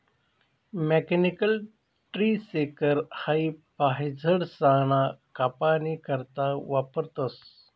mechanical tree shaker हाई फयझाडसना कापनी करता वापरतंस